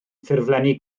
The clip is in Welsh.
ffurflenni